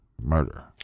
murder